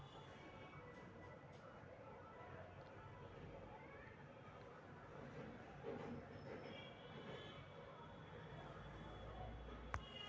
गुदरी बजार में एगो बहुत बरका बजार होइ छइ जहा सब काम काजी समान मिल जाइ छइ